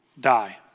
die